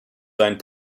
seinen